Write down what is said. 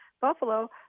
Buffalo